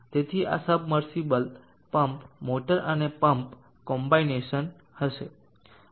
તેથી આ submersible pump motor અને પંપ કોમ્બિનેશન હશે